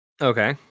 Okay